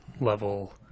level